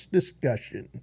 Discussion